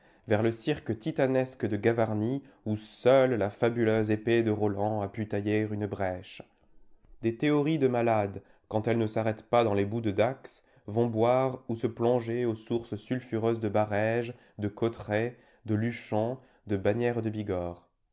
vers le cirque titanesque de gavarnie où seule la fabuleuse épée de roland a pu tailler une brèche des théories de malades quand elles ne s'arrêtent pas dans les boues de dax vont boire ou se plonger aux sources sulfureuses de barèges de cauterets de luchon de bagnères de bigorre